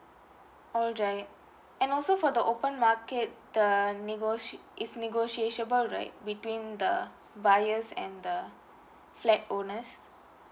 alright and also for the open market the negotia~ it's negotiable right between the buyers and the flat owners